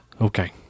okay